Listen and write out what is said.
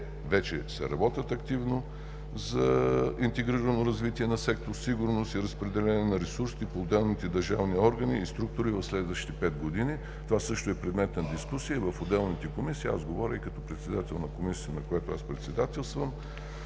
вече се работят активно за интегрирано развитие на Сектор „Сигурност и разпределение на ресурсите“ по отделните държавни органи и структури в следващите пет години. Това също е предмет на дискусия в отделните комисии, аз говоря и като председател на Комисията, която аз председателствам.